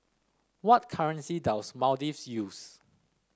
what currency does Maldives use